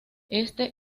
este